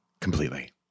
Completely